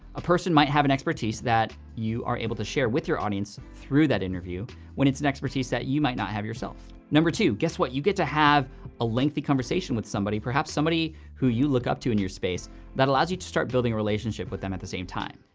a person might have an expertise that you are able to share with your audience through that interview when it's an expertise that you might not have yourself. number two, guess what? you get to have a lengthy conversation with somebody, perhaps somebody who you look up to in your space that allows you to start building a relationship with them at the same time.